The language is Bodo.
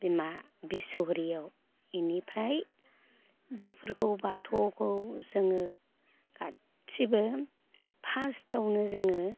बिमा बिस' हरिआव बेनिफ्राय बेफोरखौ बाथौखौ जोङो गासिबो फार्सटावनो जोङो